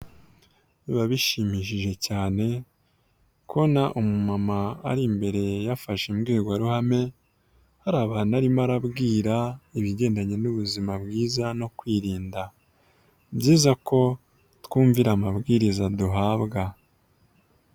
Biba bishimishije cyane kubona umumama ari imbere yafashe imbwirwaruhame, hari abantu arimo arabwira ibigendanye n'ubuzima bwiza no kwirinda, ni byiza ko twumvira amabwiriza duhabwa.